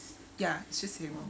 ya it's just him